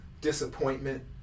disappointment